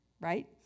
Right